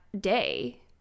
day